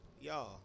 y'all